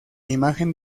imagen